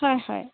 হয় হয়